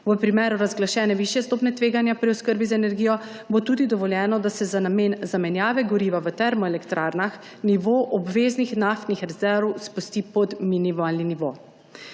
V primeru razglašene višje stopnje tveganja pri oskrbi z energijo bo tudi dovoljeno, da se za namen zamenjave goriva v termoelektrarnah nivo obveznih naftnih rezerv spusti pod minimalni nivo.